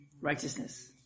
Righteousness